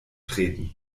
treten